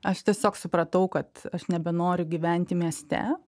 aš tiesiog supratau kad aš nebenoriu gyventi mieste